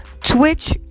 twitch